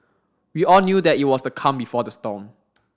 we all knew that it was the calm before the storm